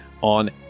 on